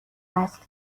وصل